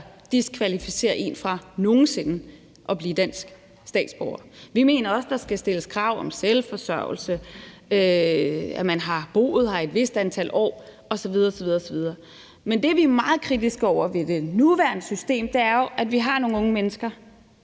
der diskvalificerer en fra nogen sinde at blive dansk statsborger. Vi mener også, at der skal stilles krav om selvforsørgelse, om, at man har boet her et vist antal år osv. osv. Men det, vi er meget kritiske over for i det nuværende system, er jo, at vi har nogle unge mennesker,